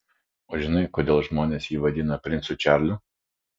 o žinai kodėl žmonės jį vadino princu čarliu